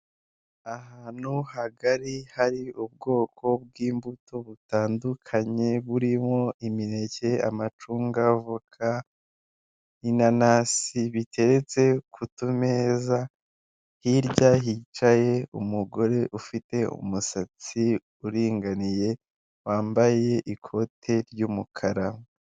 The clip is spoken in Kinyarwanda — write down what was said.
Ahantu hagari hari ubwoko bw'imbuto butandukanye burimo imineke, amacunga, voka, inanasi biteretse ku meza hirya hicaye umugore ufite umusatsi uringaniye wambaye ikote ry'umukara.